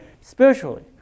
spiritually